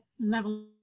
level